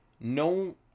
no